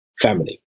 family